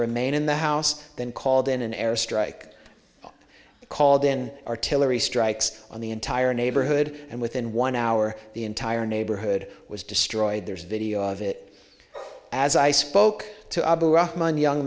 remain in the house then called in an airstrike called in artillery strikes on the entire neighborhood and within one hour the entire neighborhood was destroyed there's video of it as i spoke to a